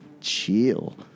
chill